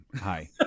Hi